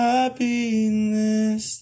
Happiness